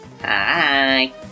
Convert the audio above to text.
hi